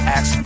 Ask